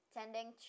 tending